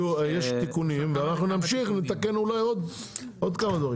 יש תיקונים ואנחנו נמשיך לתקן אולי עוד כמה דברים.